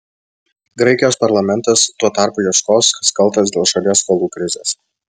graikijos parlamentas tuo tarpu ieškos kas kaltas dėl šalies skolų krizės